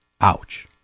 Ouch